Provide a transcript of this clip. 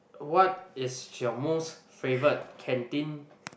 what is your most favorite canteen